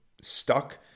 stuck